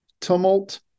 tumult